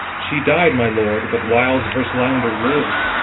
she died, my lord, but whiles her slander liv'd.